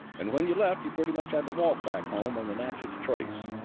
and when you left, you pretty much had to walk back home on the natchez trace.